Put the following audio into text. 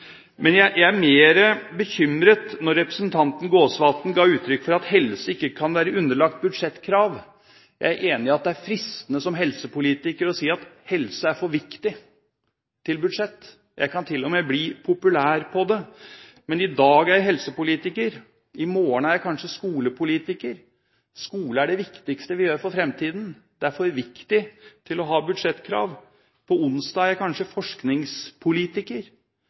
Men jeg er mer bekymret når representanten Jon Jæger Gåsvatn gir uttrykk for at helse ikke kan være underlagt budsjettkrav. Jeg er enig i at det er fristende som helsepolitiker å si at helse er for viktig til budsjett. Jeg kan til og med bli populær på det. Men i dag er jeg helsepolitiker. I morgen er jeg kanskje skolepolitiker. Skole er det viktigste vi gjør for fremtiden, det er for viktig til å ha budsjettkrav. På onsdag er jeg kanskje forskningspolitiker.